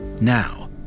Now